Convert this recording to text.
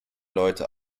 leute